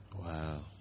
Wow